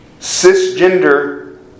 cisgender